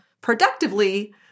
productively